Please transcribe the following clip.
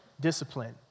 discipline